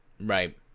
Right